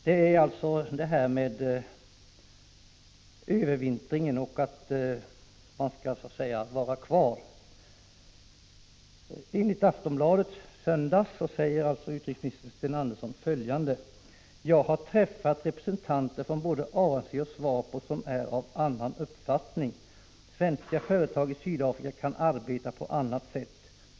Uttalandet gäller den s.k. övervintringen, och utrikesministern säger följande: ”Jag har träffat representanter från både ANC och Swapo som är av annan uppfattning. Svenska företag i Sydafrika kan arbeta på annat sätt.